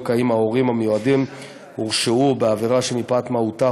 אם ההורים המיועדים הורשעו בעבירה שמפאת מהותה,